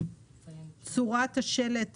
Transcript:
צורת השלט